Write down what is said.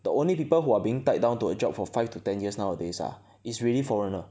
the only people who are being tied down to a job for five to ten years nowadays ah is really foreigner